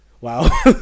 wow